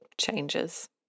changes